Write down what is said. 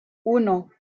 uno